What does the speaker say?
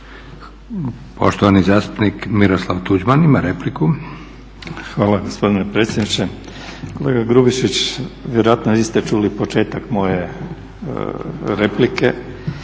Poštovani zastupnik Miroslav Tuđman ima repliku. **Tuđman, Miroslav (HDZ)** Hvala gospodine predsjedniče. Kolega Gubišić, vjerojatno niste čuli početak moje replike